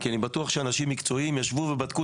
אני בטוח שאנשים מקצועיים ישבו ובדקו